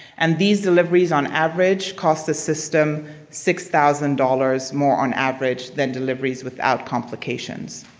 and these deliveries on average cost the system six thousand dollars more on average than deliveries without complications.